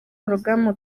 porogaramu